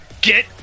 Get